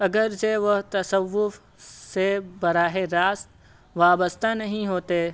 اگرچہ وہ تصوف سے براہ راست وابسطہ نہیں ہوتے